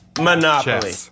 monopoly